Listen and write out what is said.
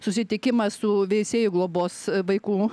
susitikimą su veisiejų globos vaikų